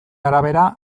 arabera